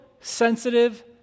sensitive